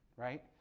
right